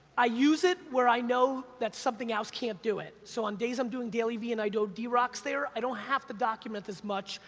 i use it where i know that something else can't do it. so on days i'm doing dailyvee and i know drock's there, i don't have to document as much,